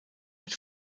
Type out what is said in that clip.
mit